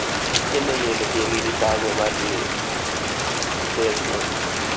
ꯈꯦꯠꯅꯩꯌꯦ ꯂꯣꯀꯦꯜꯒꯤꯗꯤ ꯇꯥꯡꯉꯦ ꯃꯥꯗꯤ ꯐ꯭ꯔꯦꯁꯅꯤ